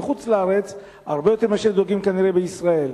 בחוץ-לארץ הרבה יותר מאשר דואגים כנראה בישראל,